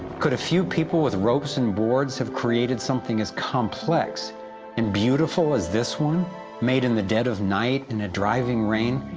could a few people with ropes and boards have created something as complex and beautiful as this one made in the dead of night, in a driving rain,